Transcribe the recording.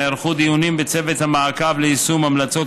נערכו דיונים בצוות המעקב ליישום המלצות